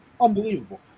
Unbelievable